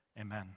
Amen